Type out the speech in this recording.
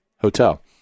hotel